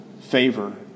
favor